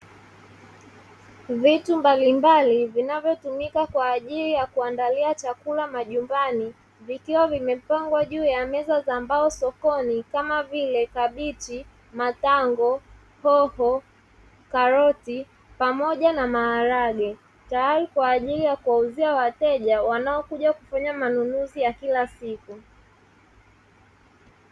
Vitu mbalimbali vinavyotumika kwa ajili ya kuandalia chakula majumbani, vikiwa vimepangwa juu ya meza za mbao sokoni kama vile: kabichi, matango, hoho, karoti pamoja na maharage; tayari kwa ajili ya kuwauzia wateja wanaokuja kufanya manunuzi ya kila siku.